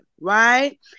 right